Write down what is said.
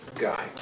guy